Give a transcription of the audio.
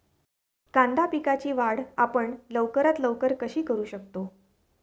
कांदा पिकाची वाढ आपण लवकरात लवकर कशी करू शकतो?